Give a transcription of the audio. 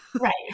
Right